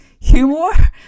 Humor